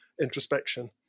introspection